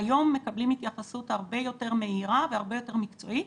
והיום מקבלים התייחסות הרבה יותר מהירה והרבה יותר מקצועית.